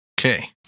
Okay